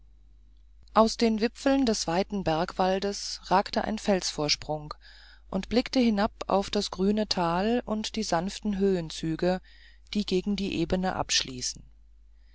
aus den wipfeln des weiten bergwaldes ragt ein felsvorsprung und blickt hinab auf das grüne tal und die sanften höhenzüge die es gegen die ebene abschließen